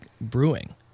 Brewing